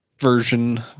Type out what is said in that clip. version